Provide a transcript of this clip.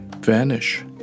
vanish